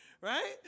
right